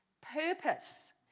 purpose